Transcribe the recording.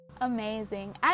Amazing